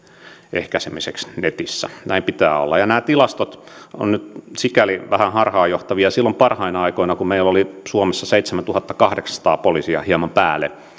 ehkäisemiseksi netissä näin pitää olla nämä tilastot ovat sikäli vähän harhaanjohtavia että silloin parhaina aikoina kun meillä oli suomessa seitsemäntuhattakahdeksansataa poliisia hieman päälle